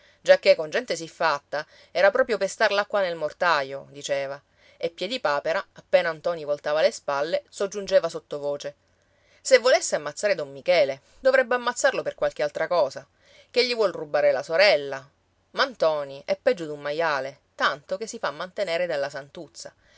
mortaio giacché con gente siffatta era proprio pestar l'acqua nel mortaio diceva e piedipapera appena ntoni voltava le spalle soggiungeva sottovoce se volesse ammazzare don michele dovrebbe ammazzarlo per qualche altra cosa ché gli vuol rubare la sorella ma ntoni è peggio d'un maiale tanto che si fa mantenere dalla santuzza